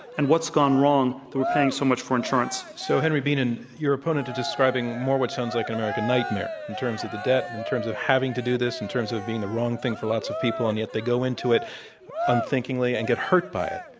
and what's gone wrong that we're paying so much for insurance. so henry bienen, you're opponent is describing more what sounds like an american nightmare in terms of the debt, in in terms of having to do this, in terms of being the wrong thing for lots of people. and yet they go into it unthinkingly and get hurt by it.